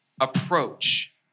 approach